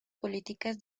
políticas